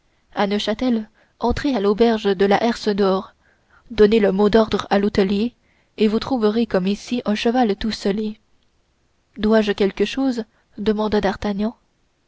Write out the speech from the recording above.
à neufchâtel entrez à l'auberge de la herse d'or donnez le mot d'ordre à l'hôtelier et vous trouverez comme ici un cheval tout sellé dois-je quelque chose demanda d'artagnan